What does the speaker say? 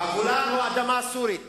הגולן הוא אדמה סורית